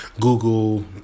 Google